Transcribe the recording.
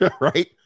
right